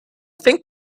think